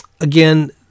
Again